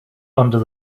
under